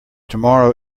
tomorrow